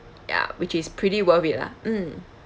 ya which is pretty worth it lah mm